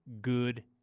good